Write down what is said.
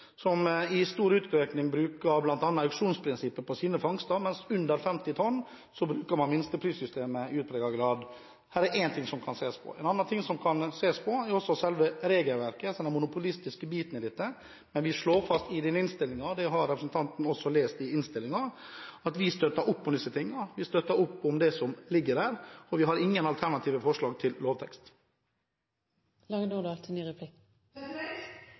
som i stor utstrekning bruker auksjonsprinsippet for sine fangster, men for fangster under 50 tonn bruker man i større grad minsteprissystemet. Dette er én ting som kan ses på. Noe annet som kan ses på, er selve regelverket, den monopolistiske biten av dette. Men vi slår fast i innstillingen – og det har representanten også lest – at vi støtter opp om disse tingene. Vi støtter opp om det som foreligger. Vi har ingen alternative forslag til